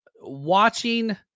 watching